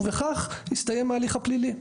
ובכך יסתיים ההליך הפלילי.